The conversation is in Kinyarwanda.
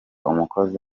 umukozi